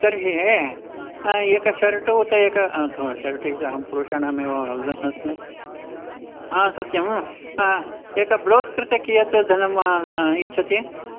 तर्हि एकं शर्ट् उत एक थो शर्टिति अहं पुरुषाणामेव वदन् अस्मि आ सत्यं एक ब्लौस् कृते कियत् धनं इच्छति